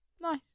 nice